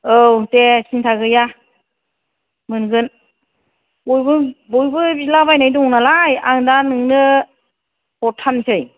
औ दे सिनथा गैया मोनगोन बयबो बयबो बिलाबायनाय दं नालाय आं दा नोंनो हरथारसै